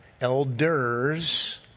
elders